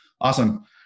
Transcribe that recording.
awesome